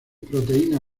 proteína